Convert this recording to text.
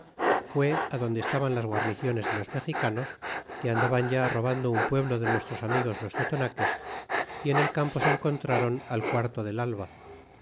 fue adonde estaban las guarniciones de los mexicanos que andaban ya robando un pueblo de nuestros amigos los tolonaques y en el campo se encontraron al quarto del alba